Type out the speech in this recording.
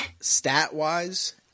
Stat-wise